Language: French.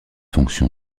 fonction